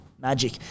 Magic